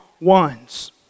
ones